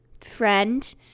friend